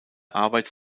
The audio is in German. arbeit